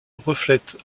reflète